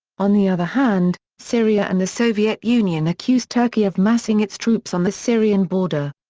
on the other hand, syria and the soviet union accused turkey of massing its troops on the syrian border.